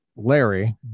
larry